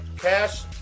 Cash